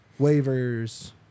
waivers